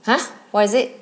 !huh! what is it